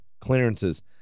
Clearances